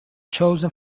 chosen